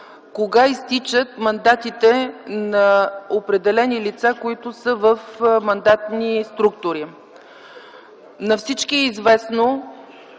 кога изтичат мандатите на определени лица, които са в мандатни структури. На всички е известно,